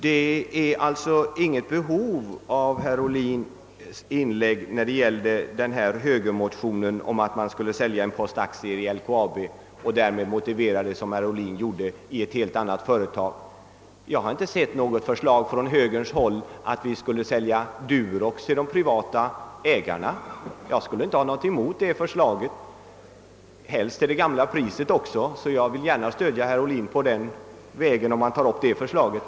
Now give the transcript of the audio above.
Det är alltså inget behov av att göra så som herr Ohlin framhöll när det gäller högerns motion. Jag har heller inte sett något förslag från högern om att sälja Durox till privatpersoner. Jag skulle inte ha något emot ett sådant förslag — helst skall försäljningen då ske till det gamla priset — och om herr Ohlin vill lägga fram ett sådant förslag skall jag gärna stödja honom.